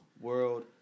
World